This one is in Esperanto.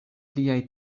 pliaj